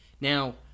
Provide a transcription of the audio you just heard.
Now